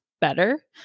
better